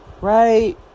right